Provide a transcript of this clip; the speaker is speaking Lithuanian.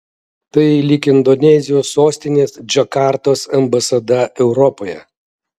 tai lyg indonezijos sostinės džakartos ambasada europoje